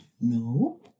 no